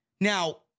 Now